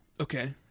Okay